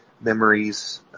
memories